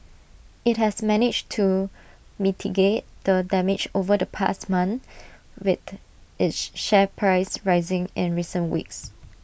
IT has managed to mitigate the damage over the past month with its share price rising in recent weeks